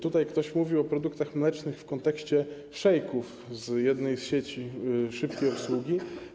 Tutaj ktoś mówił o produktach mlecznych w kontekście szejków z jednej z sieci szybkiej obsługi.